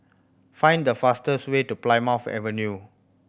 find the fastest way to Plymouth Avenue